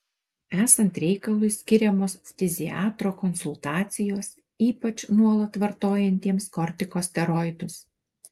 esant reikalui skiriamos ftiziatro konsultacijos ypač nuolat vartojantiems kortikosteroidus